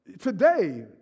today